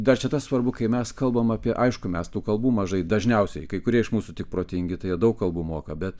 dar čia tas svarbu kai mes kalbam apie aišku mes tų kalbų mažai dažniausiai kai kurie iš mūsų tik protingi tai jie daug kalbų moka bet